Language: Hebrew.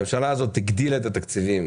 הממשלה הזאת הגדילה את התקציבים